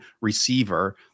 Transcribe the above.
receiver